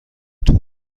تور